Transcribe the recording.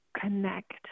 connect